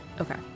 Okay